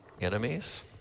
enemies